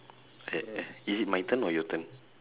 eh eh is it my turn or your turn